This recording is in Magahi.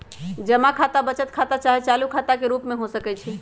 जमा खता बचत खता चाहे चालू खता के रूप में हो सकइ छै